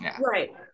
right